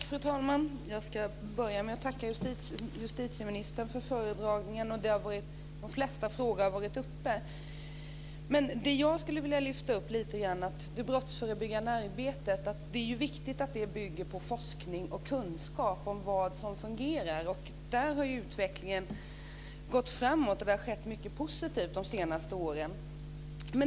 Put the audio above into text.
Fru talman! Jag ska börja med att tacka justitieministern för föredragningen. De flesta frågor har redan varit uppe. Det jag skulle vilja lyfta upp är att det är viktigt att det brottsförebyggande arbetet bygger på forskning och kunskap om vad som fungerar. Där har utvecklingen gått framåt, och vi har sett mycket positivt de senaste åren.